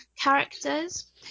characters